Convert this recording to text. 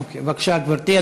אוקיי, בבקשה, גברתי.